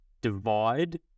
divide